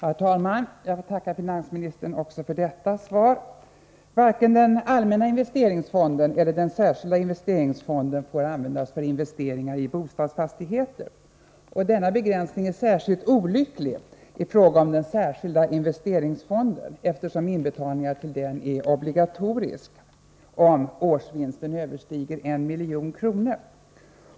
Herr talman! Jag får tacka finansministern också för detta svar. Varken den allmänna investeringsfonden eller den särskilda investeringsfonden får användas för investeringar i bostadsfastigheter. Denna begränsning är särskilt olycklig i fråga om den särskilda investeringsfonden, eftersom inbetalning till den är obligatorisk om årsvinsten överstiger 1 milj.kr.